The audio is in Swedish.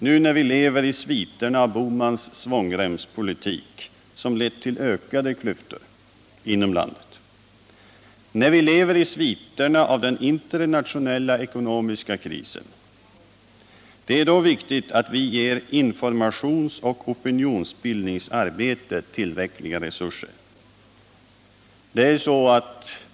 Nu när vi lever i sviterna efter Gösta Bohmans svångremspolitik som lett till ökade klyftor och när vi lever i sviterna efter den internationella ekonomiska krisen är det viktigt att vi ger informationsoch opinionsbildningsarbetet tillräckliga resurser.